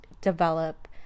develop